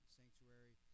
sanctuary